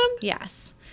Yes